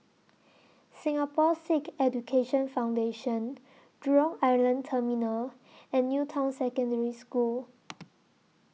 Singapore Sikh Education Foundation Jurong Island Terminal and New Town Secondary School